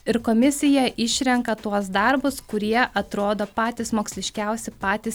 ir komisija išrenka tuos darbus kurie atrodo patys moksliškiausi patys